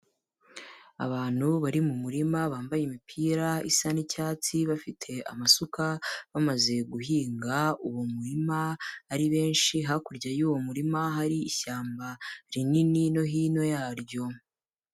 Abantu bari mu murima bambaye imipira isa n'icyatsi, bafite amasuka, bamaze guhinga uwo murima ari benshi, hakurya y'uwo murima hari ishyamba rinini no hino yaryo.